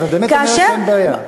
אז את באמת אומרת שאין בעיה.